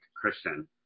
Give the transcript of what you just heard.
Christian